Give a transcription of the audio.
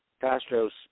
Castro's